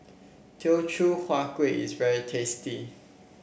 Teochew Huat Kueh is very tasty